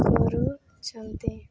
କରୁଛନ୍ତି